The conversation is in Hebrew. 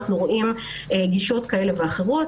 אנחנו רואים גישות כאלה ואחרות,